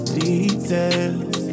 details